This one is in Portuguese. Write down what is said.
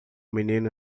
menino